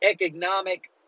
economic